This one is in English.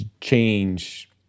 change